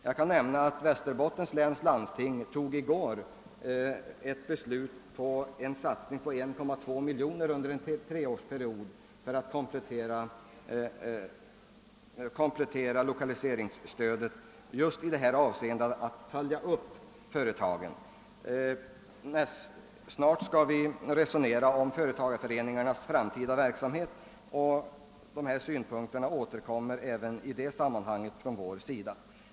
Jag kan nämna att Västerbottens läns landsting i går fattade beslut om en satsning av 1,2 miljoner under en treårsperiod för att komplettera lokaliseringsstödet just i avsikt att följa upp tidigare vidtagna åtgärder. Snart skall vi resonera om företagareföreningarnas framtida verksamhet, och vi kommer även i det sammanhanget att framföra dessa krav.